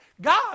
God